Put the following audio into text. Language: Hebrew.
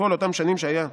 כל אותן שנים שהיה,